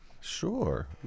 Sure